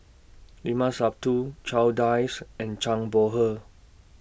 Limat Sabtu Charles Dyce and Zhang Bohe